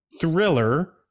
thriller